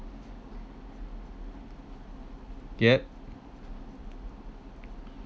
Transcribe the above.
yup